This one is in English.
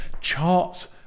charts